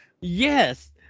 Yes